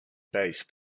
base